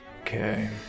okay